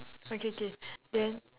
okay K then